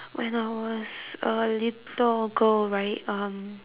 when I was a little girl right um